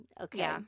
Okay